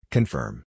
Confirm